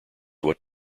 what